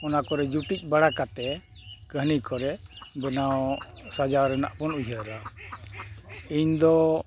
ᱚᱱᱟ ᱠᱚᱨᱮᱫ ᱡᱩᱴᱤᱡ ᱵᱟᱲᱟ ᱠᱟᱛᱮᱫ ᱠᱟᱹᱦᱱᱤ ᱠᱚᱨᱮᱫ ᱵᱮᱱᱟᱣ ᱥᱟᱡᱟᱣ ᱨᱮᱱᱟᱜ ᱵᱚᱱ ᱩᱭᱦᱟᱹᱨᱟ ᱤᱧᱫᱚ